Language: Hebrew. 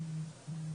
מבפנים.